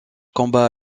combat